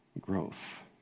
growth